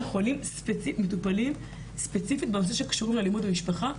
מטופלים ספציפית בנושאים שקשורים לאלימות במשפחה,